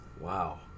Wow